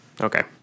Okay